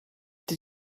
did